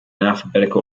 alphabetical